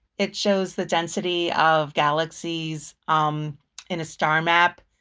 it shows the density of galaxies um in a star map.